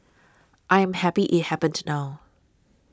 I am happy it happened now